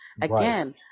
Again